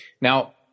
Now